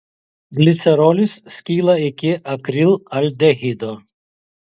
glicerolis skyla iki akrilaldehido